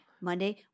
Monday